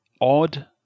odd